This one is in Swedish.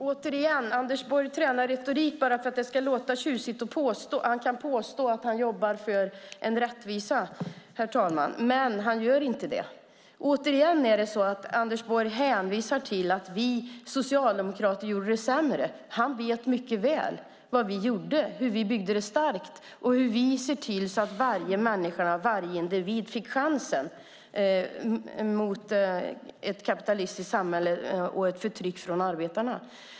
Herr talman! Åter tränar Anders Borg retorik för att det ska låta tjusigt och så att han kan påstå att han jobbar för rättvisa - men han gör inte det. Anders Borg hävdar att vi socialdemokrater gjorde det sämre. Han vet dock mycket väl vad vi gjorde och hur vi byggde Sverige starkt. Vi såg till att varje människa, varje individ fick chansen i ett kapitalistiskt samhälle som förtryckte arbetarna.